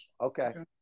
Okay